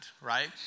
right